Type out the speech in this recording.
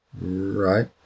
right